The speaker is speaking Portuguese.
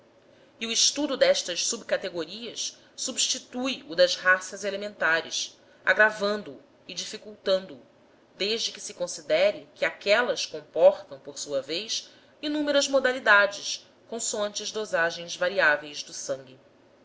e o estudo destas subcategorias substitui o das raças elementares agravando o e dificultando o desde que se considere que aquelas comportam por sua vez inúmeras mo dalidades consoante as dosagens variáveis do sangue